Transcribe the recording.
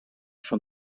from